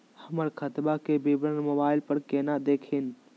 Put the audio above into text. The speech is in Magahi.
हमर खतवा के विवरण मोबाईल पर केना देखिन?